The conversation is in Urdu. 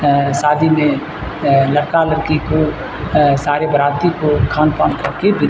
شادی میں لڑکا لڑکی کو سارے باراتی کو کھان پان کر کے وداع